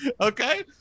Okay